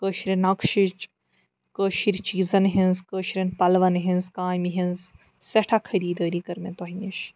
کٲشرِ نقشِچ کٲشِر چیٖزَن ہٕنٛز کٲشرٮ۪ن پَلوَن ہٕنٛز کامہِ ہٕنٛز سٮ۪ٹھاہ خٔریٖدٲری کٔر مےٚ تۄہہِ نِش